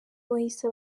wahise